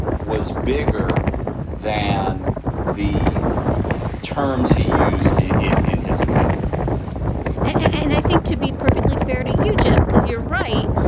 was bigger than the terms he used in in his opinion and i think to be perfectly fair to you, jeff, because you're right.